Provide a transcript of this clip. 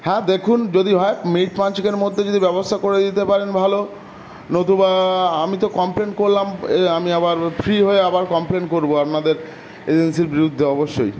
হ্যাঁ দেখুন যদি হয় মিনিট পাঁচেকের মধ্যে যদি ব্যবস্থা করে দিতে পারেন ভালো নতুবা আমি তো কমপ্লেন করলাম আমি আবার ফ্রি হয়ে আবার কমপ্লেন করবো আপনাদের এজেন্সির বিরুদ্ধে অবশ্যই